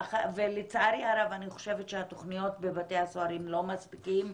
לצערי הרב אני חושבת שהתוכניות בבתי הסוהר לא מספיקות,